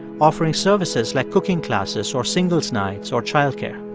offering services like cooking classes or singles' nights or child care